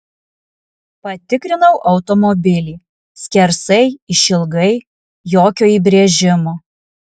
patikrinau automobilį skersai išilgai jokio įbrėžimo